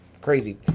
Crazy